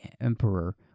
Emperor